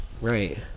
right